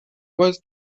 was